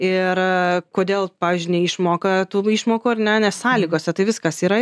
ir kodėl pavyzdžiui neišmoka tų išmokų ar ne nes sąlygose tai viskas yra